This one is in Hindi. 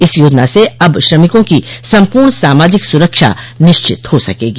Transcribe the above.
इस योजना से अब श्रमिकों की सम्पूर्ण सामाजिक सुरक्षा निश्चित हो सकेगी